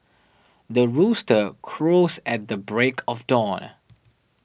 the rooster crows at the break of dawn